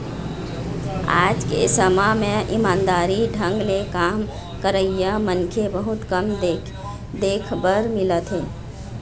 आज के समे म ईमानदारी ढंग ले काम करइया मनखे बहुत कम देख बर मिलथें